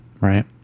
Right